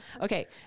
Okay